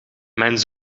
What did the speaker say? mijn